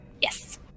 Yes